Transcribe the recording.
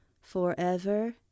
forever